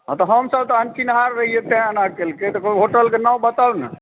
हाँ तऽ हमसब तऽ अनचिन्हार रहियै तैंँ एना कयलकै तऽ कोनो होटलकेँ नाम बताउ ने